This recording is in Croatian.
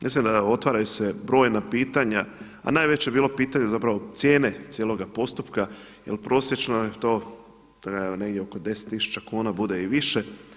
Mislim da otvaraju se brojna pitanja a najveće je bilo pitanje zapravo cijene cijeloga postupka jer prosječno je to negdje oko 10 tisuća kuna, bude i više.